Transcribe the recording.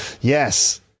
Yes